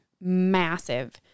massive